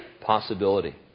possibility